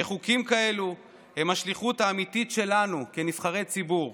שחוקים כאלה הם השליחות האמיתית שלנו כנבחרי ציבור.